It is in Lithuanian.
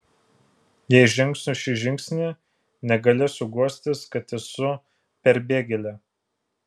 jei žengsiu šį žingsnį negalėsiu guostis kad esu perbėgėlė